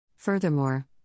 Furthermore